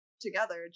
together